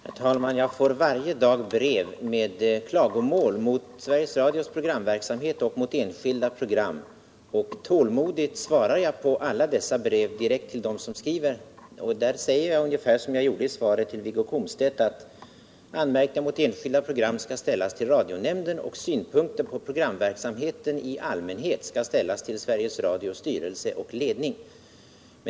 Herr talman! Jag får varje dag brev med klagomål mot Sveriges Radios programverksamhet och mot enskilda program. Tålmodigt svarar jag på alla dessa brev direkt till dem som skriver. Där säger jag, ungefär som jag gjorde i svaret till Wiggo Komstedt, att anmärkningar mot enskilda program skall ställas till radionämnden och att synpunkter på programverksamheten i allmänhet skall ställas till Sveriges Radio och dess ledning.